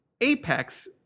apex